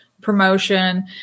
promotion